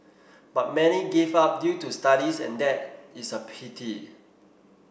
but many give up due to studies and that is a pity